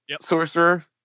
Sorcerer